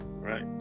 Right